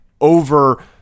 over